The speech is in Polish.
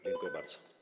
Dziękuję bardzo.